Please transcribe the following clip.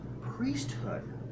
priesthood